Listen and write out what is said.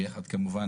תפקידים.